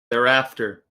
thereafter